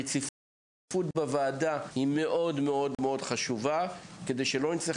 הרציפות בוועדה היא מאוד מאוד חשובה כדי שלא נצטרך